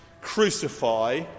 crucify